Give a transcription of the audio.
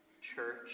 church